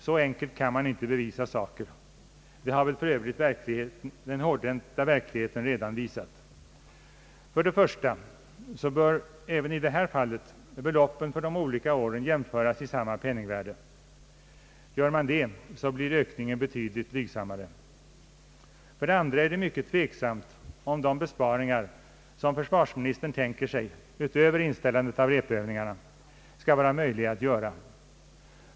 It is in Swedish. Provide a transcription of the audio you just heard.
Så enkelt kan man inte bevisa saker, det har för övrigt verkligheten redan hårdhänt visat. För det första bör även i det här fallet beloppen för de olika åren jämföras i samma penningvärde. Gör man det, blir ökningen betydligt blygsammare. För det andra är det mycket tveksamt om de besparingar försvarsministern tänker sig, utöver inställandet av rep-övningarna, skall vara möjliga att göra.